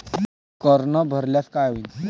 कर न भरल्यास काय होईल?